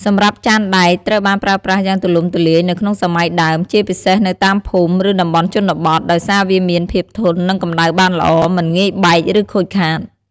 សម្រាប់ចានដែក ត្រូវបានប្រើប្រាស់យ៉ាងទូលំទូលាយនៅក្នុងសម័យដើម ជាពិសេសនៅតាមភូមិ ឬតំបន់ជនបទ ដោយសារវាមានភាពធន់នឹងកម្ដៅបានល្អ មិនងាយបែក ឬខូចខាត។